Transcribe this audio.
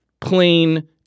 plain